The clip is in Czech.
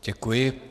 Děkuji.